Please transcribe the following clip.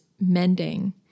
mending